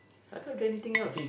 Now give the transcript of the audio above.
I cannot do anything else